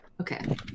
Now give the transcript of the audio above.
Okay